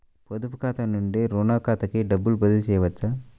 పొదుపు ఖాతా నుండీ, రుణ ఖాతాకి డబ్బు బదిలీ చేయవచ్చా?